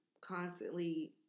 constantly